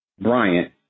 Bryant